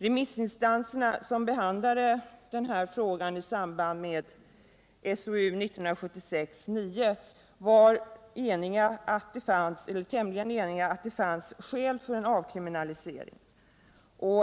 Remissinstanserna, som behandlade den här frågan i samband med ställningstagandet till SOU 1976:9, var tämligen eniga om att det fanns skäl för en avkriminalisering.